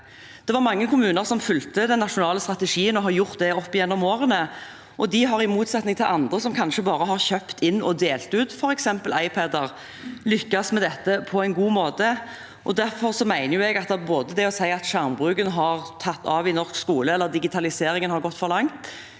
Det var mange kommuner som fulgte den nasjonale strategien og har gjort det opp gjennom årene. De har, i motsetning til andre som kanskje bare har kjøpt inn og delt ut f.eks. iPad, lyktes med dette på en god måte. Derfor mener jeg at det å si at skjermbruken har tatt av i norsk skole, eller at digitaliseringen har gått for langt,